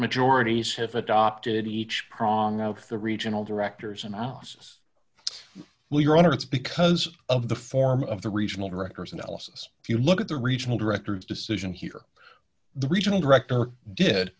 majorities have adopted each prong of the regional directors analysis will your honor it's because of the form of the regional directors analysis if you look at the regional directors decision here the regional director did